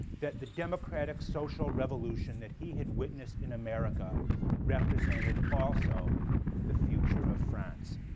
that the democratic social revolution that he had witnessed in america represented also the future of france.